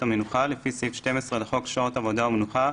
המנוחה לפי סעיף 12 לחוק שעות עבודה ומנוחה,